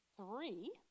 three